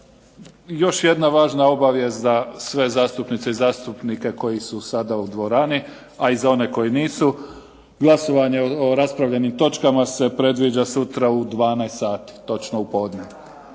Još jedna važna obavijest za sve zastupnice i zastupnike koji su sada u dvorani a i za one koji nisu. Glasovanje o raspravljenim točkama se predviđa sutra u 12 sati, pa molim